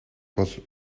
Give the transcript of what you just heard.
бол